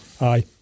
aye